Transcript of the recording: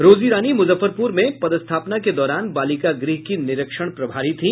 रोजी रानी मूजफ्फरपूर में पदस्थापना के दौरान बालिका गृह की निरीक्षण प्रभारी थी